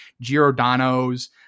Giordano's